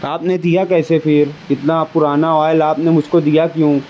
آپ نے دیا کیسے پھر اتنا پرانا آئل آپ نے مجھ دیا کیوں